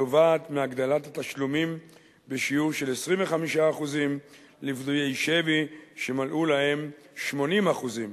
הנובעת מהגדלת התשלומים בשיעור של 25% לפדויי שבי שמלאו להם 80 אחוזים.